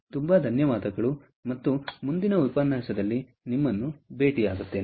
ತುಂಬಾ ಧನ್ಯವಾದಗಳು ಮತ್ತು ಮುಂದಿನ ಉಪನ್ಯಾಸದಲ್ಲಿ ನಾನು ನಿಮ್ಮನ್ನು ಭೇಟಿಯಾಗುತ್ತೇನೆ